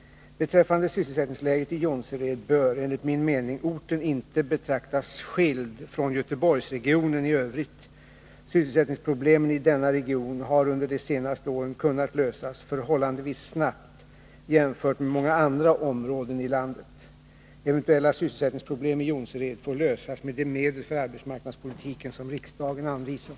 Beträffande sysselsättningsläget i Jonsered bör, enligt min mening, orten inte betraktas skild från Göteborgsregionen i övrigt. Sysselsättningsproblemen i denna region har under de senaste åren kunnat lösas förhållandevis snabbt jämfört med i många andra områden i landet. Eventuella sysselsättningsproblem i Jonsered får lösas med de medel för arbetsmarknadspolitiken som riksdagen anvisat.